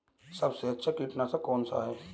सबसे अच्छा कीटनाशक कौन सा है?